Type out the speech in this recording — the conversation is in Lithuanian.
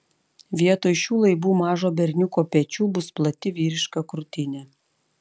vietoj šių laibų mažo berniuko pečių bus plati vyriška krūtinė